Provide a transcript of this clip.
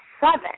seven